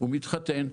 מתחתן,